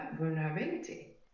vulnerability